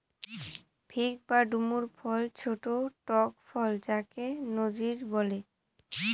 fig বা ডুমুর ফল ছোট্ট টক ফল যাকে নজির বলে